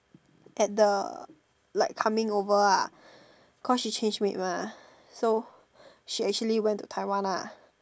at the like coming over ah cause she change maid mah so she actually went to Taiwan ah